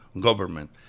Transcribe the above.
government